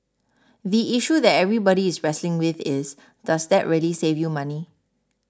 the issue that everybody is wrestling with is does that really save you money